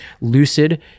lucid